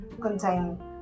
contain